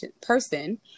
person